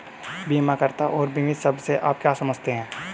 बीमाकर्ता और बीमित शब्द से आप क्या समझते हैं?